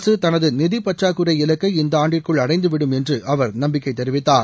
அரசு தனது நிதிபற்றாக்குறை இலக்கை இந்த ஆண்டுக்குள் அடைந்துவிடும் என்று அவர் நம்பிக்கை தெரிவித்தார்